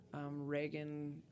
Reagan